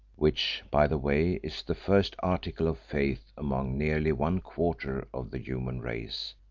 which, by the way, is the first article of faith among nearly one quarter of the human race,